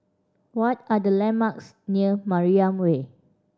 what are the landmarks near Mariam Way